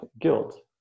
guilt